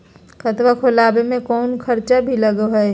खाता खोलावे में कौनो खर्चा भी लगो है?